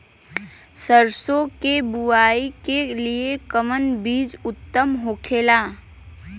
सरसो के बुआई के लिए कवन बिज उत्तम होखेला?